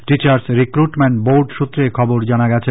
teachers recruitment board সূত্রে এখবর জানা গেছে